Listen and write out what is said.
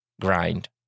grind